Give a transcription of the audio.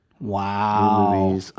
Wow